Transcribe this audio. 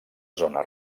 zona